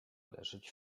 leżeć